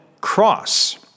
cross